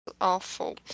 Awful